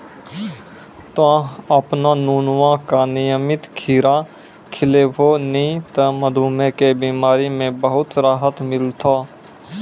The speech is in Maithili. तोहॅ आपनो नुनुआ का नियमित खीरा खिलैभो नी त मधुमेह के बिमारी म बहुत राहत मिलथौं